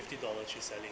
fifty dollar 去 selling